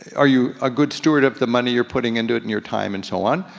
are you a good steward of the money you're putting into it, and your time, and so on?